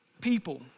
people